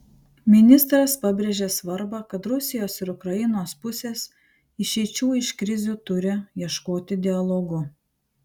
ministras pabrėžė svarbą kad rusijos ir ukrainos pusės išeičių iš krizių turi ieškoti dialogu